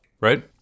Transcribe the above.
right